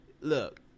look